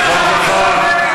ברווחה,